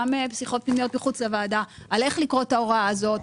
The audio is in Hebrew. גם שיחות מחוץ לוועדה על איך לקרוא את ההוראה הזאת,